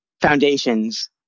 foundations